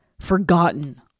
forgotten